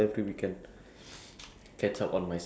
if me you just sleep ah anything just sleep